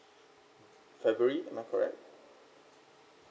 february am I correct